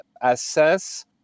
assess